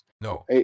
No